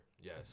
Yes